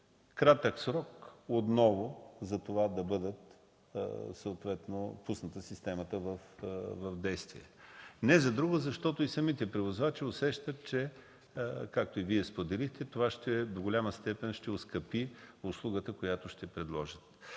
кратък срок за това системата да бъде пусната в действие. Не за друго, а защото самите превозвачи усещат, както и Вие споделихте, че това до голяма степен ще оскъпи услугата, която ще предложат.